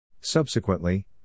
Subsequently